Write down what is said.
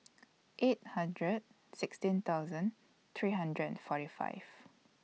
eight hundred sixteen thousand three hundred and forty five